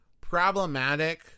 problematic